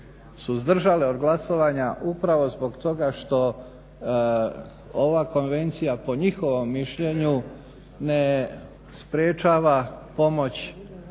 suzdržale od glasovanja upravo zbog toga što ova konvencija po njihovom mišljenju ne sprječava pomoć,